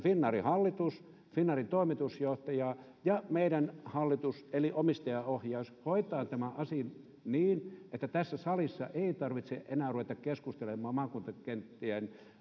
finnairin hallitus finnairin toimitusjohtaja ja meidän hallitus eli omistajaohjaus hoitavat tämän asian niin että tässä salissa ei tarvitse enää ruveta keskustelemaan maakuntakenttien